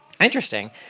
Interesting